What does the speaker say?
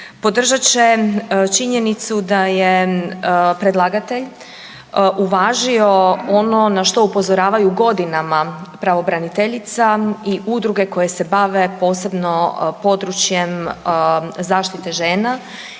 Podržat će činjenicu da je predlagatelj uvažio ono na što upozoravaju godinama pravobraniteljica i udruge koje se bave posebno područjem zaštite žena